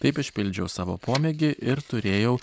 taip išpildžiau savo pomėgį ir turėjau